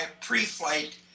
pre-flight